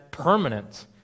permanent